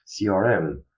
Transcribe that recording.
CRM